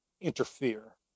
interfere